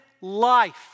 life